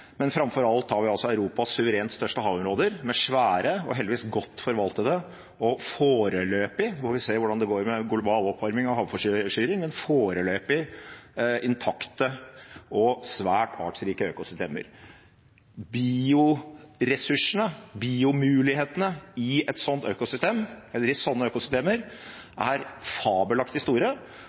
men framfor alt har vi Europas suverent største havområder, med svære og heldigvis godt forvaltede og foreløpig – vi får se hvordan det går med den globale oppvarmingen og havforsuring – intakte og svært artsrike økosystemer. Bioressursene, biomulighetene i slike økosystemer, er fabelaktig store, og det er et